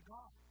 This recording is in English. God